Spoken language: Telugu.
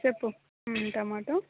చెప్పు టమాటో